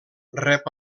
rep